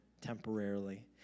temporarily